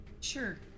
Sure